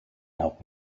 help